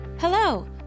Hello